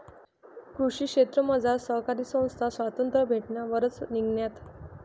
कृषी क्षेत्रमझार सहकारी संस्था स्वातंत्र्य भेटावरच निंघण्यात